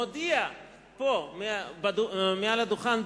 מודיע פה מעל הדוכן,